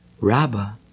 rabba